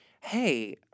hey